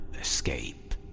escape